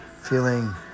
feeling